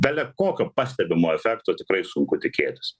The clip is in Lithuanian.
belekokio pastebimo efekto tikrai sunku tikėtis